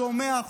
שומע,